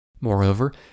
Moreover